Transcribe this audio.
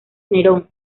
nerón